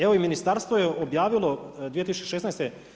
Evo i Ministarstvo je objavilo 2016.